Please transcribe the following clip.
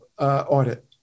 audit